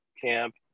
camp